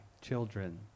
children